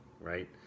right